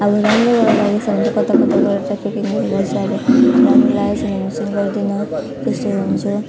अब राम्रो राम्रो लागेको छ भने कता कताबाट ट्राफिकिङहरू गर्छु अब राम्रो लागेको छैन भने चाहिँ अब गर्दिनँ त्यस्तो हुन्छ